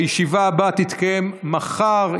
הישיבה הבאה תתקיים מחר,